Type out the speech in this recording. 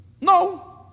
No